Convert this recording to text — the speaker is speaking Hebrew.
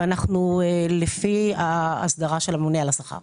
אנחנו לפי האסדרה של הממונה על השכר.